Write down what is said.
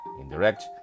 indirect